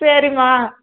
சரிம்மா